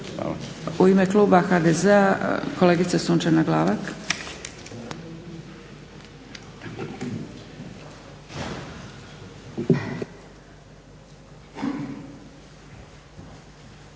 U ime kluba HDZ-a kolegica Sunčana Glavak.